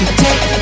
take